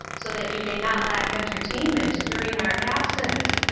so that you may not lack entertainment during our absence.